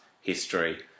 history